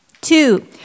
Two